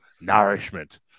nourishment